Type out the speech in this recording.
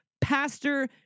Pastor